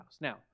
Now